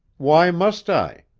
why must i?